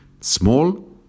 small